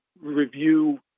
review